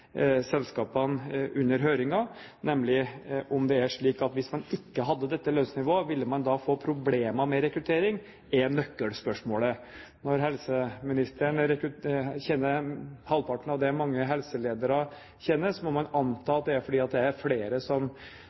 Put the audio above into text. selskapene under høringen – nemlig om det er slik at hvis man ikke hadde dette lønnsnivået, ville man da få problemer med rekruttering – er nøkkelspørsmålet. Når helseministeren tjener halvparten av det mange helseledere tjener, må man anta at det er fordi det er flere som